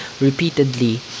repeatedly